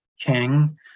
King